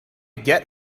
get